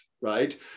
right